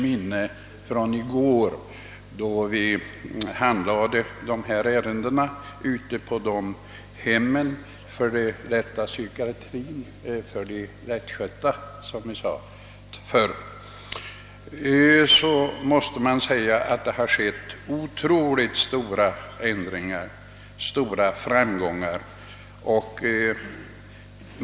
Senast i går deltog jag i en handläggning av ärenden rörande hem för lättare psykiatrifall — de lättskötta som vi sade förr — och kunde då konstatera de otroligt stora förändringar till det bättre som inträtt.